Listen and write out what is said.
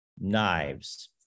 knives